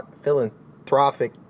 philanthropic